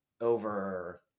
over